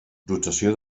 dotació